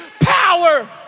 power